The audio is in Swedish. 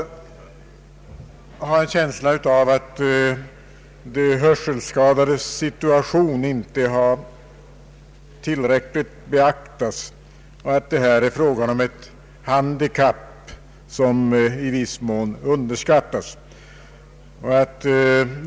Jag har en känsla av att de hörselskadades situation inte alltid tillräckligt beaktas och att det här är fråga om ett handikapp som i viss mån underskattas.